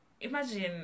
imagine